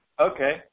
Okay